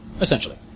essentially